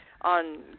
on